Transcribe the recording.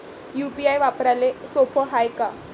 UPI वापराले सोप हाय का?